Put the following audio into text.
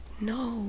No